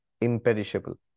imperishable